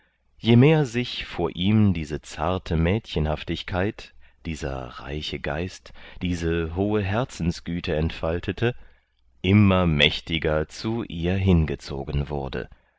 je mehr sich vor ihm diese zarte mädchenhaftigkeit dieser reiche geist diese hohe herzensgüte entfaltete immer mächtiger zu ihr hingezogen wurde